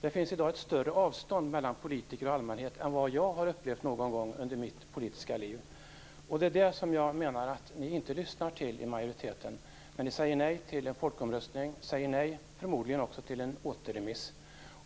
Det finns i dag ett större avstånd mellan politiker och allmänhet än vad jag någon gång tidigare har upplevt i mitt politiska liv. Detta menar jag att ni från majoritetens sida inte lyssnar till när ni säger nej till en folkomröstning och förmodligen också säger nej till en återremiss.